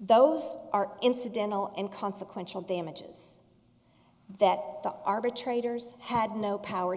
those are incidental and consequential damages that the arbitrator's had no power